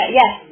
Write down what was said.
yes